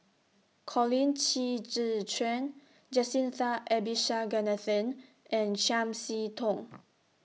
Colin Qi Zhe Quan Jacintha Abisheganaden and Chiam See Tong